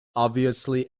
obviously